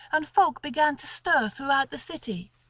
and folk began to stir throughout the city.